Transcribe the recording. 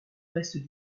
reste